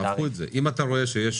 אם למשל אתה רואה שיש